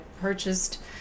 purchased